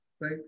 right